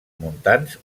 montans